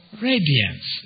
radiance